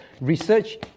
research